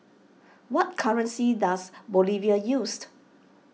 what currency does Bolivia used